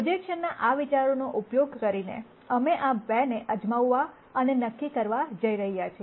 પ્રોજેક્શનના આ વિચારનો ઉપયોગ કરીને અમે આ 2 ને અજમાવવા અને નક્કી કરવા જઈ રહ્યા છીએ